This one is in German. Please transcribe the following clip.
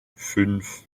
fünf